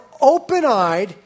open-eyed